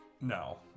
No